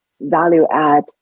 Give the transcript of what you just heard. value-add